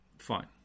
Fine